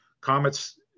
Comets